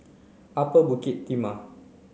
Upper Bukit Timah